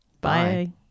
Bye